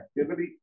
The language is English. activity